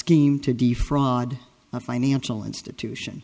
scheme to defraud a financial institution